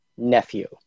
nephew